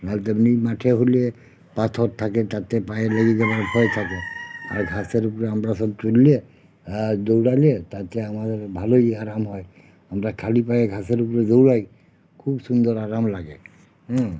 নয়তো এমনি মাঠে হলে পাথর থাকে তাতে পায়ে লেগে যাওয়ার ভয় থাকে আর ঘাসের উপরে আমরা সব চললে হ্যাঁ দৌড়ালে তাতে আমাদের ভালোই আরাম হয় আমরা খালি পায়ে ঘাসের উপরে দৌড়াই খুব সুন্দর আরাম লাগে হুম